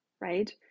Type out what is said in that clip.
right